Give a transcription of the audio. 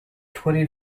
twenty